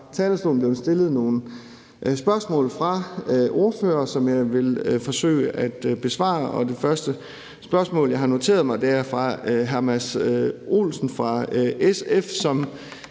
talerstolen blevet stillet nogle spørgsmål fra ordførere, som jeg vil forsøge at besvare, og det første spørgsmål, jeg har noteret mig, er fra hr. Mads Olsen fra SF, som